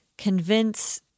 Convince